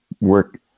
work